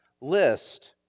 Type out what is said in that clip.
list